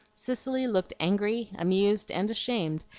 cicely looked angry, amused, and ashamed,